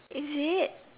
is it